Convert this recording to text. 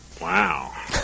Wow